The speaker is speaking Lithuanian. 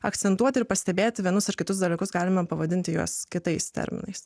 akcentuoti ir pastebėti vienus ar kitus dalykus galima pavadinti juos kitais terminais